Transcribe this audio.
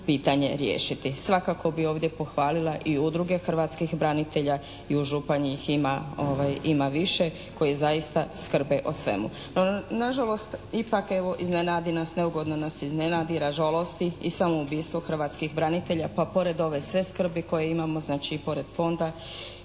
pitanje riješiti. Svakako bi ovdje pohvalila i udruge hrvatskih branitelja i u Županji ih ima više koji zaista skrbe o svemu. No nažalost, ipak evo, iznenadi nas, neugodno nas iznenadi, ražalosti i samoubistvo hrvatskih branitelja pa pored ove sve skrbi koje imamo, znači i pored Fonda